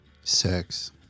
sex